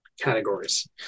categories